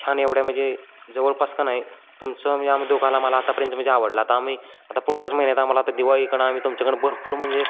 छान एवढ्या म्हणजे जवळपास का नाही तुमचं म्हणजे आम दुकान आम्हाला आतापर्यंत म्हणजे आवडला आता आम्ही आता पुढच्याच महिन्यात आम्हाला आता दिवाळीकडं आम्ही तुमच्याकडे भरपूर म्हणजे